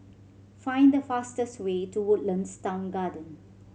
find the fastest way to Woodlands Town Garden